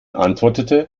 antwortete